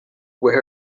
with